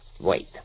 Wait